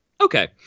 okay